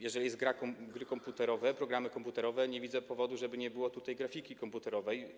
Jeżeli są gry komputerowe, programy komputerowe, nie widzę powodu, żeby nie było tutaj grafiki komputerowej.